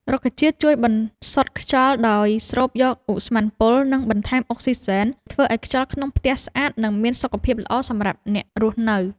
រុក្ខជាតិជួយបន្សុទ្ធខ្យល់ ដោយស្រូបយកឧស្ម័នពុល និងបន្ថែមអុកស៊ីសែន ធ្វើឲ្យខ្យល់ក្នុងផ្ទះស្អាត និងមានសុខភាពល្អសម្រាប់អ្នករស់នៅ។